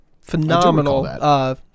phenomenal